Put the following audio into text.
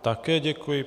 Také děkuji.